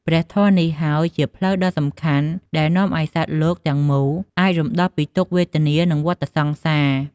ព្រះធម៌នេះហើយជាផ្លូវដ៏សំខាន់ដែលនាំឲ្យសត្វលោកទាំងមូលអាចរំដោះពីទុក្ខវេទនា និងវដ្តសង្សារ។